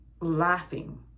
laughing